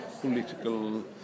political